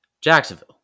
Jacksonville